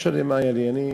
לא משנה מה היה לי, אני,